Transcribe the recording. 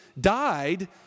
died